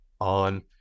on